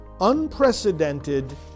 unprecedented